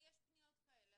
לי יש פניות כאלה.